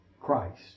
Christ